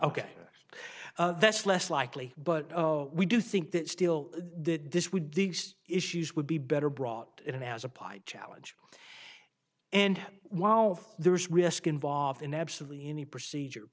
ok that's less likely but we do think that still that this would these issues would be better brought in as applied challenge and while there is risk involved in absolutely any procedure